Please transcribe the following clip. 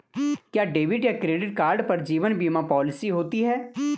क्या डेबिट या credit card पर जीवन बीमा पॉलिसी होती है?